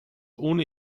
ohne